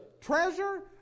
treasure